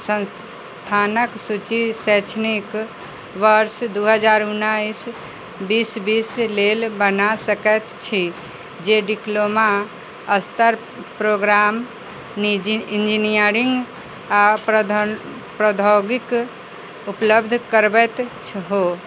संस्थानके सूची शैक्षणिक वर्ष दू हजार उनैस बीस बीस लेल बना सकै छी जे डिप्लोमा स्तर प्रोगाम निजी इंजीनियरिङ्ग आओर प्रधौ प्रौद्योगिक उपलब्ध करबैत हो